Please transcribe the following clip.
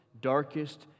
darkest